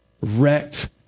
wrecked